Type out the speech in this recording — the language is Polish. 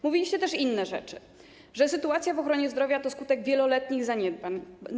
Mówiliście też inne rzeczy, że sytuacja w ochronie zdrowia to skutek wieloletnich zaniedbań.